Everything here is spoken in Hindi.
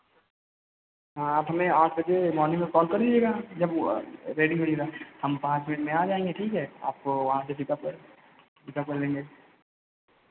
हाँ आप हमें आठ बजे मॉर्निंग में कॉल कर लीजिएगा जब रेडी होइएगा हम पाँच मिनट में आ जाएँगे ठीक है आपको वहाँ से पिकअप कर पिकअप कर लेंगे